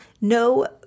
no